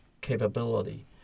capability